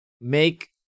Make